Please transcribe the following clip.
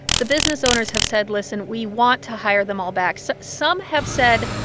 the business owners have said, listen we want to hire them all back. so some have said,